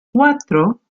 cuatro